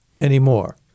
anymore